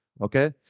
Okay